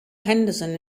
henderson